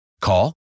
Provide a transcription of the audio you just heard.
Call